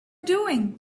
doing